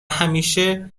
همیشه